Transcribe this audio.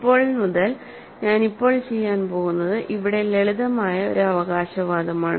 ഇപ്പോൾ മുതൽ ഞാൻ ഇപ്പോൾ ചെയ്യാൻ പോകുന്നത് ഇവിടെ ലളിതമായ ഒരു അവകാശവാദമാണ്